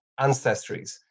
ancestries